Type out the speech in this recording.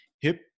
hip